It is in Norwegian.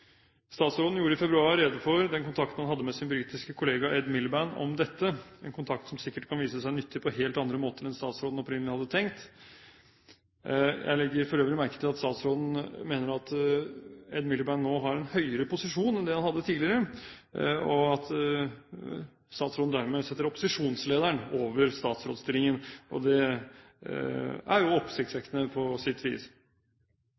Statsråden gjorde i februar rede for den kontakten han hadde med sin britiske kollega Ed Miliband om dette, en kontakt som sikkert kan vise seg nyttig på helt andre måter enn statsråden opprinnelig hadde tenkt. Jeg legger for øvrig merke til at statsråden mener at Ed Miliband nå har en høyere posisjon enn det han hadde tidligere, og at statsråden dermed setter rollen som opposisjonsleder over statsrådsstillingen, og det er jo oppsiktsvekkende på sitt vis.